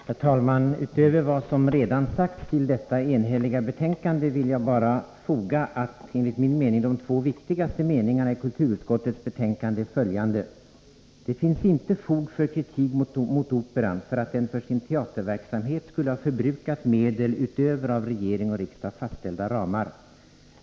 Herr talman! Utöver vad som redan sagts till detta enhälliga betänkande vill jag bara foga att de två enligt min mening viktigaste meningarna i kulturutskottets betänkande är följande: ”Utskottet vill inledningsvis konstatera att det inte finns fog för kritik mot Operan för att den för sin teaterverksamhet skulle ha förbrukat medel utöver av regering och riksdag fastställda ramar.